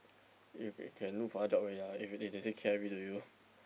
if if can look for other job already lah if they they say K_I_V to you